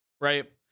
Right